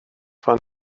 fan